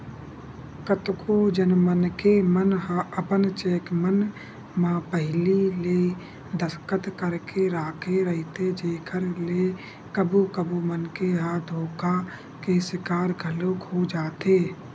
कतको झन मनखे मन ह अपन चेक मन म पहिली ले दस्खत करके राखे रहिथे जेखर ले कभू कभू मनखे ह धोखा के सिकार घलोक हो जाथे